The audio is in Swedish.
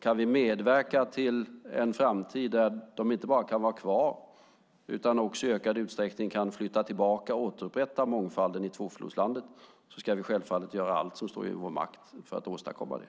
Kan vi medverka till en framtid där de inte bara kan vara kvar utan också i ökad utsträckning kan flytta tillbaka och återupprätta mångfalden i tvåflodslandet ska vi självfallet göra allt som står i vår makt för att åstadkomma det.